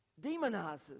demonizes